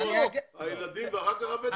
קודם כל הילדים ואחר כך הוותק?